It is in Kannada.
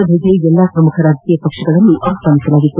ಸಭೆಗೆ ಎಲ್ಲಾ ಪ್ರಮುಖ ರಾಜಕೀಯ ಪಕ್ಷಗಳನ್ನು ಆಹ್ವಾನಿಸಲಾಗಿತ್ತು